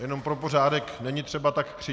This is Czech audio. Jenom pro pořádek, není třeba tak křičet.